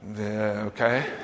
Okay